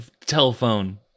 telephone